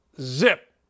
Zip